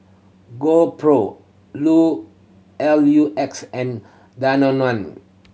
GoPro L U X and Danone